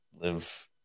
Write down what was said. live